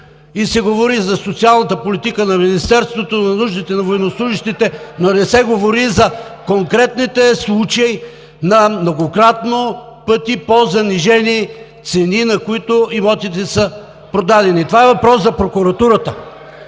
и се говори за социалната политика на Министерството, нуждите на военнослужещите, но не се говори за конкретните случаи на многократно пъти по-занижени цени, на които са продадени имотите. Това е въпрос за прокуратурата